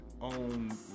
on